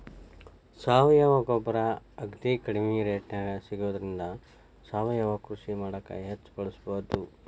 ಸಾವಯವ ಗೊಬ್ಬರ ಅಗದಿ ಕಡಿಮೆ ರೇಟ್ನ್ಯಾಗ ಸಿಗೋದ್ರಿಂದ ಸಾವಯವ ಕೃಷಿ ಮಾಡಾಕ ಹೆಚ್ಚ್ ಬಳಸಬಹುದು